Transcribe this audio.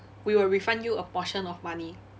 we will refund you a portion of money